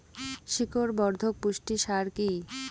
শিকড় বর্ধক পুষ্টি সার কি?